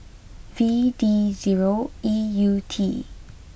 V D zero E U T